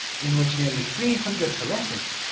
in which nearly three hundred heretics,